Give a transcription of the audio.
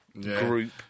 group